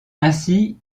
ainsi